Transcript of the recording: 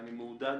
אני מעודד